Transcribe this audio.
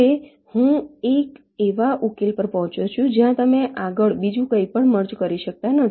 હવે હું એક એવા ઉકેલ પર પહોંચ્યો છું જ્યાં તમે આગળ બીજું કંઈપણ મર્જ કરી શકતા નથી